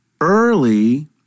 early